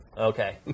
Okay